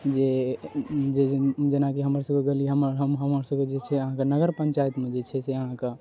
जे जेनाकि हमर सबके गल्ली हमर हम हमरासबके जे छै अहाँके नगर पञ्चायत मे जे छै से अहाँके